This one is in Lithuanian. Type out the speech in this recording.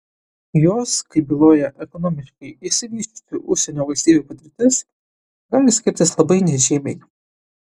jos kaip byloja ekonomiškai išsivysčiusių užsienio valstybių patirtis gali skirtis labai nežymiai